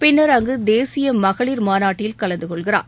பின்னர் அங்கு தேசிய மகளிர் மாநாட்டில் கலந்துகொள்கிறார்